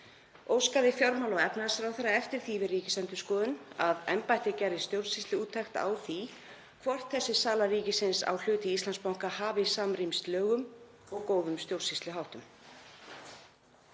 Óskaði fjármála- og efnahagsráðherra eftir því við Ríkisendurskoðun að embættið gerði stjórnsýsluúttekt á því hvort þessi sala ríkisins á hlut í Íslandsbanka hefði samrýmst lögum og góðum stjórnsýsluháttum.